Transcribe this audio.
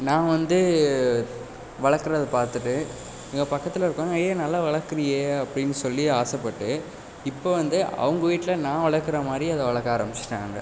நான் வந்து வளர்க்கறத பார்த்துட்டு எங்கள் பக்கத்தில் இருக்கவங்க ஏய் நல்லா வளர்க்குறீயே அப்படின்னு சொல்லி ஆசைப்பட்டு இப்போ வந்து அவங்க வீட்டில நான் வளர்க்கறமாரி அதை வளர்க்க ஆரம்பிச்சிவிட்டாங்க